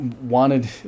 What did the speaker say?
wanted